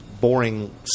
boring